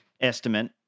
estimate